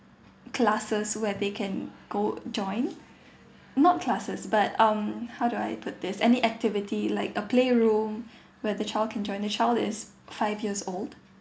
classes where they can go join not classes but um how do I put this any activity like a playroom where the child can join the child is five years old